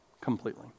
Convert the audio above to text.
completely